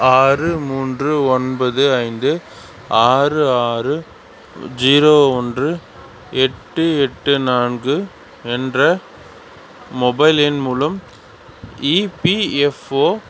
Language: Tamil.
ஆறு மூன்று ஒன்பது ஐந்து ஆறு ஆறு ஜீரோ ஒன்று எட்டு எட்டு நான்கு என்ற மொபைலின் மூலம் இபிஎஃப்ஓ